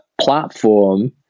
platform